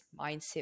mindset